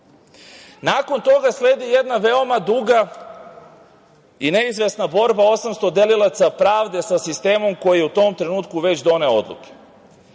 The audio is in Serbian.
itd. Nakon toga sledi jedna veoma duga i neizvesna borba 800 delilaca pravde sa sistemom koji je u tom trenutku već doneo odluke,